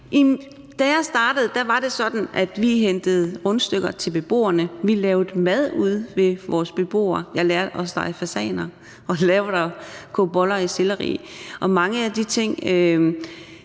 Da jeg startede, var det sådan, at vi hentede rundstykker til beboerne. Vi lavede mad ude hos vores beboere. Jeg lærte at stege fasaner og koge boller i selleri, og mange af de ting